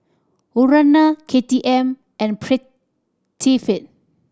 Urana K T M and Prettyfit